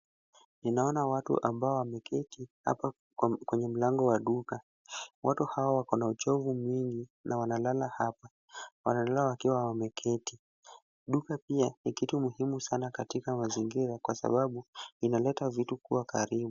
Ninaona watu ambao wameketi hapa kwenye mlango wa duka. Watu hawa wako na uchovu mwingi na wanalala hapa. Wanalala wakiwa wameketi. Duka pia ni kitu muhimu sana katika mazingira kwa sababu inaleta vitu kuwa karibu.